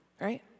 right